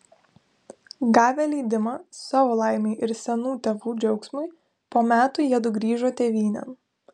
gavę leidimą savo laimei ir senų tėvų džiaugsmui po metų jiedu grįžo tėvynėn